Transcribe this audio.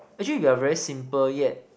actually we are very simple yet